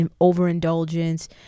overindulgence